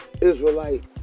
Israelite